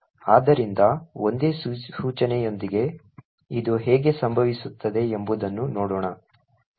ಆದ್ದರಿಂದ ಒಂದೇ ಸೂಚನೆಯೊಂದಿಗೆ ಇದು ಹೇಗೆ ಸಂಭವಿಸುತ್ತದೆ ಎಂಬುದನ್ನು ನೋಡೋಣ ಸರಿ